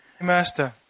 Master